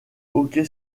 hockey